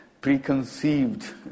preconceived